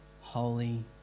Holy